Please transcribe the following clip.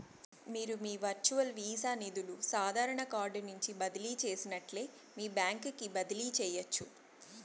మీరు మీ virtual Visa నిదులు సాదారన కార్డు నుంచి బదిలీ చేసినట్లే మీ బాంక్ కి బదిలీ చేయచ్చు